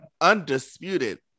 undisputed